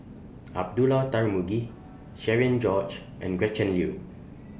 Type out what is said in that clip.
Abdullah Tarmugi Cherian George and Gretchen Liu